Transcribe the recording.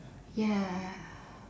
ya